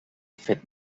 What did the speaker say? fet